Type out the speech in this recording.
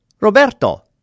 Roberto